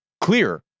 clear